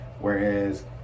whereas